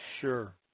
Sure